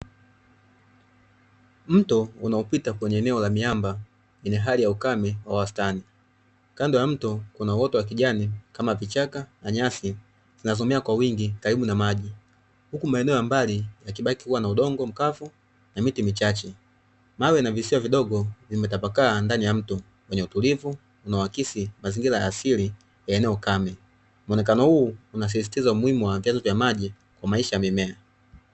Mto unaopita kwenye eneo la miamba, lenye hali ya ukame wa wastani, kando ya mto kuna uoto wa kijani kama vichaka na nyasi zinazomea kwa wingi karibu na maji, huku maeneo ya mbali yakibaki kuwa na udongo mkavu na miti michache, mawe na visiwa vidogo vimetapakaa ndani ya mto wenye utulivu, unaoakisi mazingira ya asili ya eneo kame. Muonekano huu unasisitiza umuhimu wa vyanzo vya maji kwa maisha ya mimea.